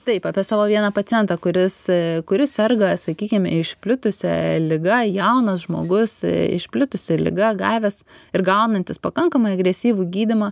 taip apie savo vieną pacientą kuris kuris serga sakykim išplitusia liga jaunas žmogus išplitusi liga gavęs ir gaunantis pakankamai agresyvų gydymą